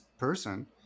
Person